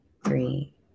three